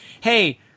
Hey